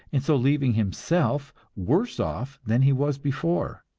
and so leaving himself worse off than he was before.